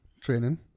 Training